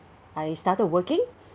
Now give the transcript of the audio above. I started working